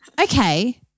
okay